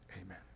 Amen